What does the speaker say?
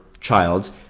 child